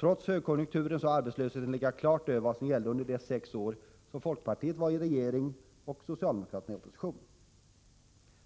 Trots högkonjunkturen har arbetslösheten legat på en nivå som klart överstiger den nivå som gällde under de sex år då folkpartiet var i regeringsställning och socialdemokraterna i opposition.